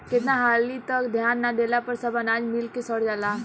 केतना हाली त ध्यान ना देहला पर सब अनाज मिल मे सड़ जाला